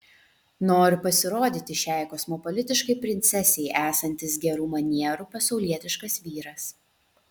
noriu pasirodyti šiai kosmopolitiškai princesei esantis gerų manierų pasaulietiškas vyras